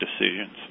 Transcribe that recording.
decisions